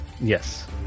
Yes